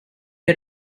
had